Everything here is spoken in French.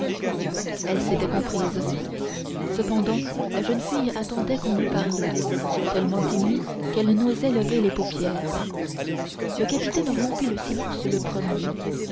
elles s'étaient comprises cependant la jeune fille attendait qu'on lui parlât tellement émue qu'elle n'osait lever les paupières le capitaine rompit le silence le premier